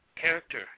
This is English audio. character